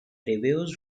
reviews